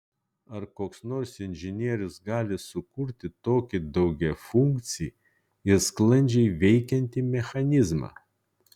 ar koks nors inžinierius gali sukurti tokį daugiafunkcį ir sklandžiai veikiantį mechanizmą